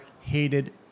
hated